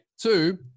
two